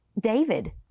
David